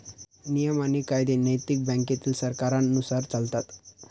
नियम आणि कायदे नैतिक बँकेतील सरकारांनुसार चालतात